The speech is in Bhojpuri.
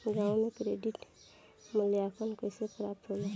गांवों में क्रेडिट मूल्यांकन कैसे प्राप्त होला?